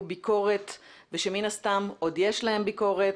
ביקורת ושמן הסתם עוד יש להם ביקורת,